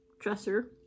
dresser